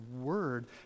word